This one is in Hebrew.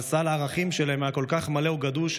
אבל סל הערכים שלהם היה כל כך מלא וגדוש,